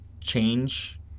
change